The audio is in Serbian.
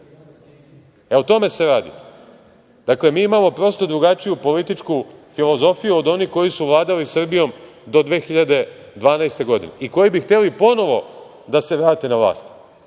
O tome se radi. Dakle, mi imamo prosto drugačiju političku filozofiju od onih koji su vladali Srbijom do 2012. godine, i koji bi hteli ponovo da se vrate na vlast,